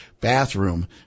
bathroom